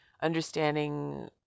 understanding